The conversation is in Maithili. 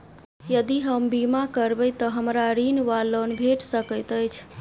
यदि हम बीमा करबै तऽ हमरा ऋण वा लोन भेट सकैत अछि?